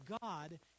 God